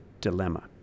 dilemma